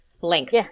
length